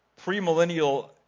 premillennial